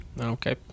Okay